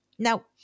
Now